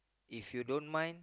if you don't mind